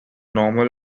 normal